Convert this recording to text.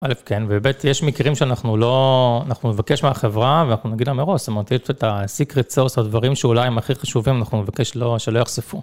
א' כן, וב' יש מקרים שאנחנו לא, אנחנו מבקש מהחברה, ואנחנו נגיד להם מראש, זאת אומרת יש את ה-secret sauce, הדברים שאולי הם הכי חשובים, אנחנו נבקש שלא יחשפו.